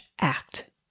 act